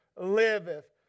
liveth